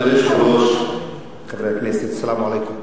אדוני היושב-ראש, חברי הכנסת, סלאם עליכום.